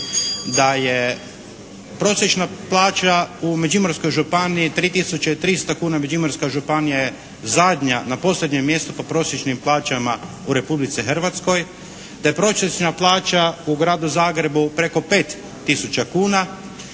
da je prosječna plaća u Međimurskoj županiji 3 tisuće 300 kuna. Međimurska županija je na posljednjem mjestu po prosječnim plaćama u Republici Hrvatskoj, da je prosječna plaća u gradu Zagrebu preko 5 tisuća